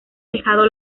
dejado